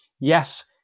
yes